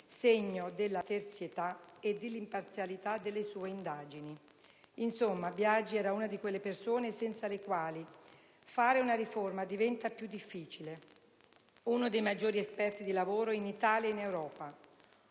segno della terzietà e dell'imparzialità delle sue indagini. Insomma, Biagi era una di quelle persone senza le quali fare una riforma diventa più difficile, uno dei maggiori esperti di lavoro in Italia e in Europa.